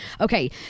Okay